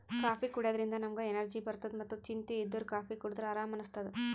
coffee ಕುಡ್ಯದ್ರಿನ್ದ ನಮ್ಗ್ energy ಬರ್ತದ್ ಮತ್ತ್ ಚಿಂತಿ ಇದ್ದೋರ್ ಕಾಫೀ ಕುಡದ್ರ್ ಆರಾಮ್ ಅನಸ್ತದ್